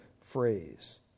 phrase